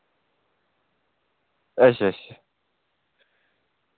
अच्छा अच्छा